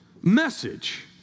message